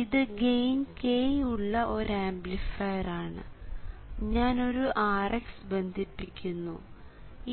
ഇത് gain k ഉള്ള ഒരു ആംപ്ലിഫയർ ആണ് ഞാൻ ഒരു Rx ബന്ധിപ്പിക്കുന്നു